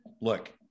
look